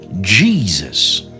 Jesus